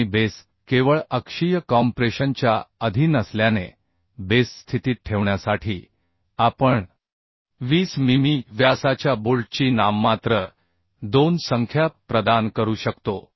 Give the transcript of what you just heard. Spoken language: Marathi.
आणि बेस केवळ अक्षीय कॉम्प्रेशनच्या अधीन असल्याने बेस स्थितीत ठेवण्यासाठी आपण 20 मिमी व्यासाच्या बोल्टची नाममात्र दोन संख्या प्रदान करू शकतो